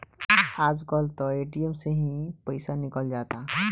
आज कल त ए.टी.एम से ही पईसा निकल जाता